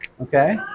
Okay